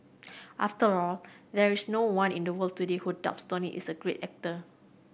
after all there is no one in the world today who doubts Tony is a great actor